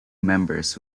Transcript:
members